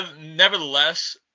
nevertheless